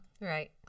Right